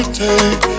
take